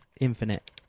Infinite